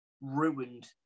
ruined